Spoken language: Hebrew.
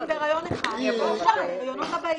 בהריון אחד ולא נשאר לה להריונות הבאים.